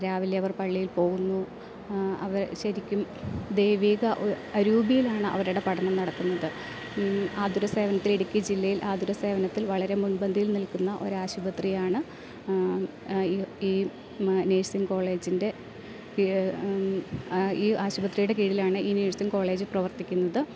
രാവിലെ അവർ പള്ളിയിൽ പോകുന്നു അവർ ശരിക്കും ദൈവീക അരൂപിയിലാണ് അവരുടെ പഠനം നടത്തുന്നത് ആതുര സേവനത്തിൽ ഇടുക്കി ജില്ലയിൽ ആതുര സേവനത്തിൽ വളരെ മുൻപന്തിയിൽ നിൽക്കുന്ന ഒരാശുപത്രിയാണ് ഈ ഈ നേഴ്സിംഗ് കോളേജിൻ്റെ ഈ ആശുപത്രിയുടെ കീഴിലാണ് ഈ നേഴ്സിംഗ് കോളേജ് പ്രവർത്തിക്കുന്നത്